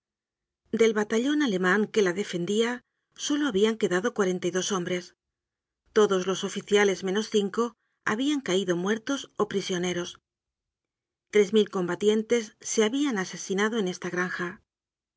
del batallon aleman que la defendía solo habian quedado cuarenta y dos hombres todos los oficiales menos cinco habian caido muertos ó prisioneros tres mil combatientes se habian asesinado en esta granja